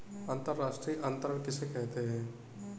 अंतर्राष्ट्रीय अंतरण किसे कहते हैं?